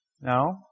No